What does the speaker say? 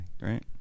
Right